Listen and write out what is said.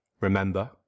remember